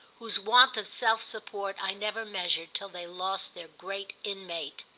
whose want of self-support i never measured till they lost their great inmate.